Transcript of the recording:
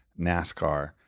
NASCAR